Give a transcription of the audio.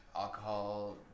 alcohol